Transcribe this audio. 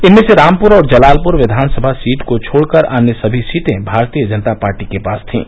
इनमें से रामपुर और जलालपुर विधान सभा सीट को छोड़कर अन्य सभी सीटें भारतीय जनता पार्टी के पास थीं